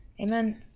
Amen